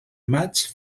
maig